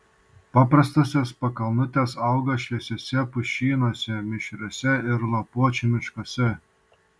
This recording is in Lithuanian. paprastosios pakalnutės auga šviesiuose pušynuose mišriuose ir lapuočių miškuose